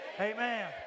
amen